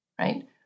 right